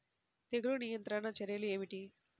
తెగులు నియంత్రణ చర్యలు ఏమిటి?